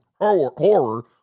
horror